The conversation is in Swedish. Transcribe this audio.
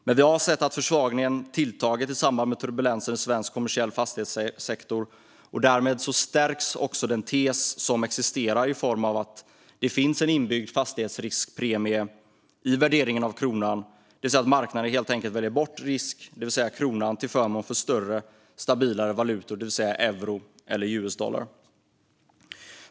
Vi har dock sett att försvagningen tilltagit i samband med turbulensen i svensk kommersiell fastighetssektor, och därmed stärks också den tes som existerar om att det finns en inbyggd fastighetsriskpremie i värderingen av kronan, det vill säga att marknaden helt enkelt väljer bort risk, alltså kronan, till förmån för större, stabilare valutor som euro eller US-dollar.